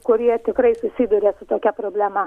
kurie tikrai susiduria su tokia problema